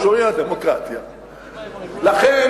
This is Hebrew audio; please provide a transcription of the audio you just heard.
לכן,